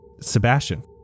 Sebastian